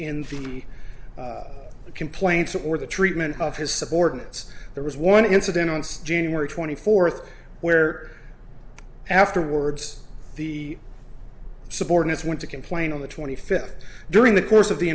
the complaints or the treatment of his subordinates there was one incident on steamer twenty fourth where afterwards the subordinates went to complain on the twenty fifth during the course of the